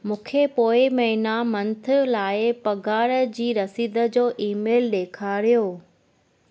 मूंखे पोइ महिना मंथ लाइ पघार जी रसीद जो ईमेल ॾेखारियो